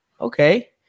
Okay